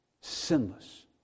sinless